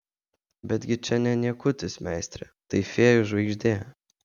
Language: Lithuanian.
betgi čia ne niekutis meistre tai fėjų žvaigždė